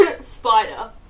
Spider